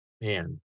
man